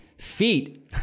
Feet